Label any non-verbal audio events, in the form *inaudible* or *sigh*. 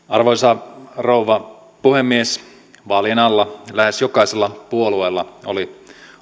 *unintelligible* arvoisa rouva puhemies vaalien alla lähes jokaisella puolueella oli *unintelligible*